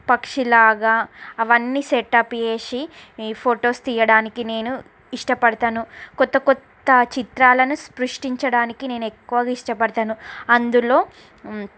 పక్షిలాగా అవన్నీ సెటప్ చేసి ఈ ఫోటోస్ తీయడానికి నేను ఇష్టపడుతాను కొత్త కొత్త చిత్రాలను సృష్టించడానికి నేను ఎక్కువగా ఇష్టపడుతాను అందులో